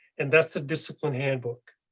and that's the discipline handbook.